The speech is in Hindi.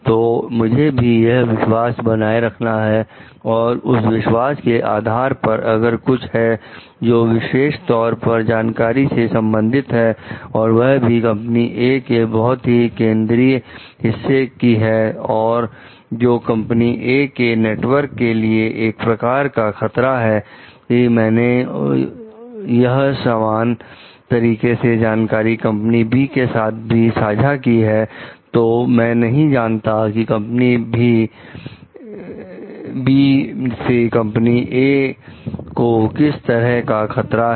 तो मुझे भी यह विश्वास बनाए रखना है और उस विश्वास के आधार पर अगर कुछ है जो विशेष तौर पर जानकारी से संबंधित है और वह भी कंपनी ए के बहुत ही केंद्रीय हिस्से की और जो कंपनी ए के नेटवर्क लिए एक प्रकार का खतरा है कि मैंने यह सामान तरीके की जानकारी कंपनी बी के साथ भी बाटी है तो मैं नहीं जानता कि कंपनी बी से कंपनी ए को किस तरह का खतरा है